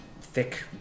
thick